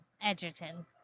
Edgerton